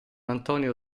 antonio